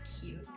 cute